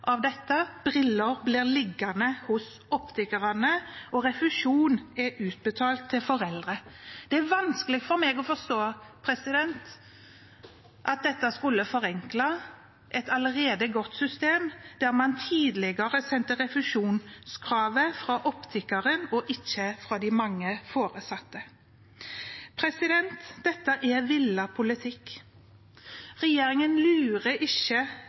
av dette. Briller blir liggende hos optikerne, og refusjon er utbetalt til foreldre. Det er vanskelig for meg å forstå at dette skulle forenkle et allerede godt system, der man tidligere sendte refusjonskravet fra optikeren og ikke fra de mange foresatte. Dette er villet politikk. Regjeringen lurer ikke